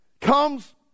comes